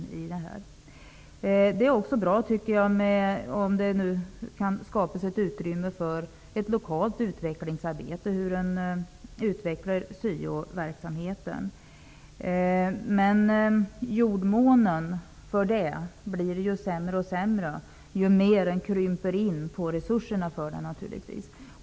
Det är också bra, tycker jag, om det nu kan skapas utrymme för lokalt utvecklingsarbete, för hur syoverksamheten skall utvecklas. Men jordmånen för det blir sämre och sämre ju mer man krymper resurserna för det.